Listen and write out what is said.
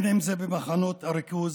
אם במחנות הריכוז